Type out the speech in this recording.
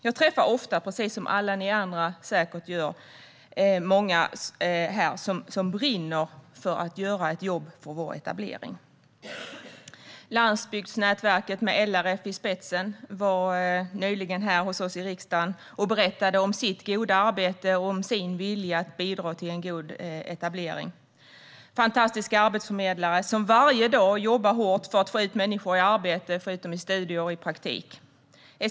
Jag träffar ofta, precis som alla ni andra säkert gör, många som brinner för att göra ett jobb för etableringen. Landsbygdsnätverket med LRF i spetsen var nyligen här hos oss i riksdagen och berättade om sitt goda arbete och om sin vilja att bidra till en god etablering. Fantastiska arbetsförmedlare jobbar varje dag hårt för att få ut människor i arbete, studier och praktik.